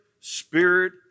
Spirit